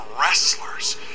wrestlers